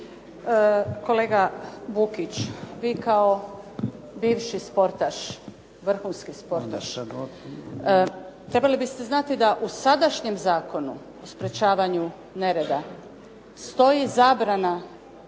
Kolega Bukić, vi kao bivši sportaš, vrhunski sportaš, trebali biste znati da u sadašnjem zakonu, sprječavanju nereda stoji zabrana